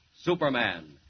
Superman